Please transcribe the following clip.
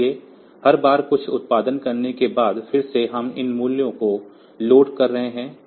इसलिए हर बार कुछ उत्पादन करने के बाद फिर से हम इन मूल्यों को लोड कर रहे हैं